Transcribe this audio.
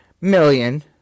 million